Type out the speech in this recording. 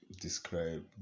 Describe